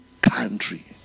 country